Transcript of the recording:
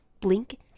Blink